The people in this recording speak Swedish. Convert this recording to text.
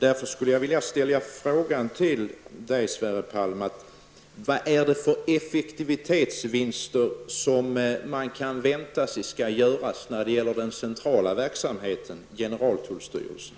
Därför skulle jag vilja ställa en direkt fråga till Sverre Palm: Vad är det för effektivitetsvinster som man kan vänta sig den centrala verksamheten, generaltullstyrelsen?